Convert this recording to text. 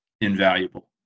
invaluable